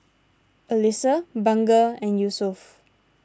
Alyssa Bunga and Yusuf